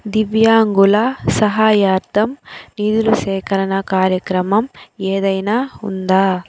దివ్యాంగుల సహాయార్ధం నిధుల సేకరణ కార్యక్రమం ఏదైనా ఉందా